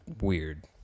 weird